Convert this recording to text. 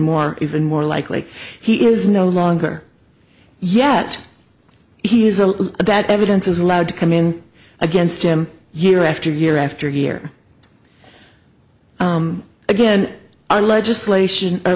more even more likely he is no longer yet he is that evidence is allowed to come in against him year after year after year again our legislation